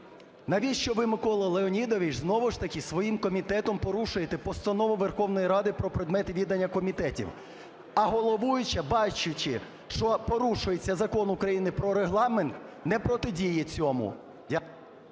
Навіщо ви, Микола Леонідович, знову ж таки своїм комітетом порушуєте Постанову Верховної Ради про предмети відання комітетів? А головуюча, бачачи, що порушується Закон України про Регламент, не протидіє цьому.